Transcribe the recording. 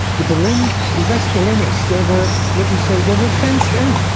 the berlin, the west berliners, they were, let me say they were fenced in.